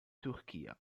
turchia